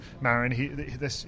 Marin